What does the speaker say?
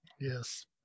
yes